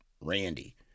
Randy